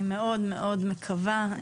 אני מאוד מאוד מקווה.